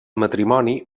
matrimoni